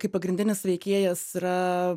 kaip pagrindinis veikėjas yra